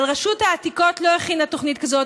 אבל רשות העתיקות לא הכינה תוכנית כזאת.